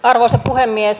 arvoisa puhemies